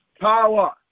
power